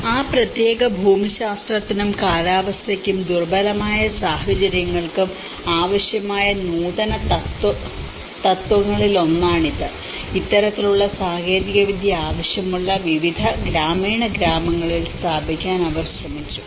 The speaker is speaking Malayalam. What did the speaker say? ആ പ്രത്യേക ഭൂമിശാസ്ത്രത്തിനും കാലാവസ്ഥയ്ക്കും ദുർബലമായ സാഹചര്യങ്ങൾക്കും ആവശ്യമായ നൂതനത്വങ്ങളിലൊന്നാണ് ഇത് ഇത്തരത്തിലുള്ള സാങ്കേതികവിദ്യ ആവശ്യമുള്ള വിവിധ ഗ്രാമീണ ഗ്രാമങ്ങളിൽ സ്ഥാപിക്കാൻ അവർ ശ്രമിച്ചു